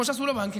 כמו שעשו לבנקים,